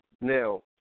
Now